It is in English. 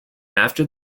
after